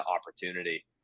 opportunity